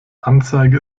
anzeige